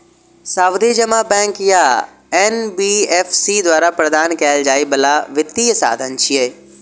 सावधि जमा बैंक या एन.बी.एफ.सी द्वारा प्रदान कैल जाइ बला वित्तीय साधन छियै